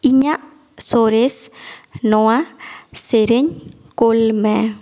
ᱤᱧᱟᱜ ᱥᱚᱨᱮᱥ ᱱᱚᱣᱟ ᱥᱮᱨᱮᱧ ᱠᱳᱞ ᱢᱮ